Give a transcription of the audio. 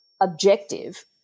objective